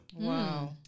Wow